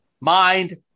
mind